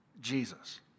Jesus